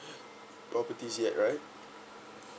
properties yet right